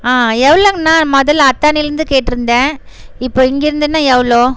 எவ்வளோங்கண்ணா முதல்ல அத்தாணியிலேருந்து கேட்டிருந்தேன் இப்போது இங்கிருந்துன்னா எவ்வளோ